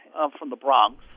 i'm from the bronx.